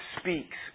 speaks